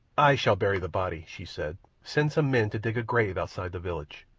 i shall bury the body, she said. send some men to dig a grave outside the village.